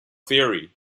theory